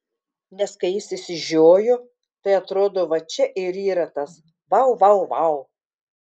nes kai jis išsižiojo tai atrodo va čia ir yra tas vau vau vau